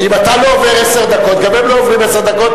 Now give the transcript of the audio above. אם אתה לא עובר עשר דקות גם הם לא עוברים עשר דקות,